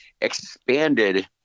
expanded